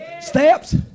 steps